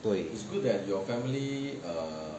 对